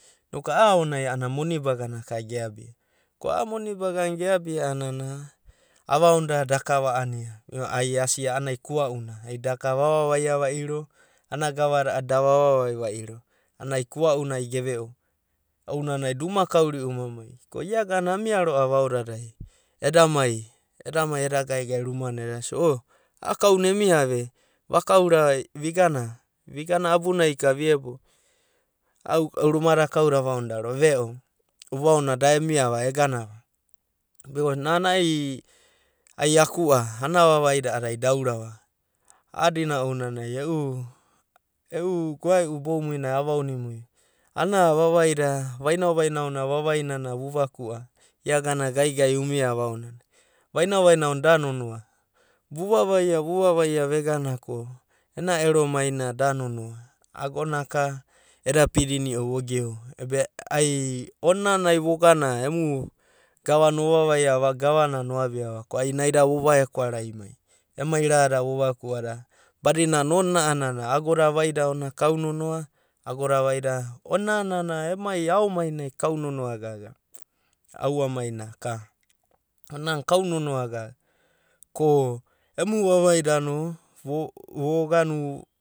Naku a’a aonai moni bage naka ge’abia ko a’a moni abgana ge’abia a’anana ava onida daka va ania ai asia a’anana kua’ana ai daka vava vaia vairo, ana gava da da vaua vai vairo a’anana ai kua’une ai geveo ounanai da uma kau riu uma mai ko iagana auvia roa’va aodadai eda mai eda gaegae rumana eda sia o a’a kauna emiava e vakaura vigana abu nai ka viebo a ruma da kaude da ava ovida roa’va veo uvaona da emiava, eganava, bicos nana aku’a, anana vavaida a’adada ai daura va. A’adina ounanai e’u, goaeu boumu nai ava ono mui va, ana vavaida, vanao, vanao vainao na vavainana vu vaku’a, igana gai unia va aonanai, vaino na da nonoa. Vu vavia vuravaia vegana ko ero ero mai na na da nonoa, ago naka eda pidinio vogeo, ebe onina ai vogama emu gavana ovavaia va govanana o’abia va ko ai nai da ova ekwerai mai, emai rada vo vaku’a da badinana onina a’anana ago da vaida, onina aomainai kau nonoa gaga ra. Aua main naka. ovine a’anana kau nonoa gaga ko emu vavaida no voganu